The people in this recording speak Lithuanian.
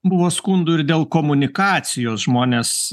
buvo skundų ir dėl komunikacijos žmonės